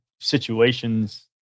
situations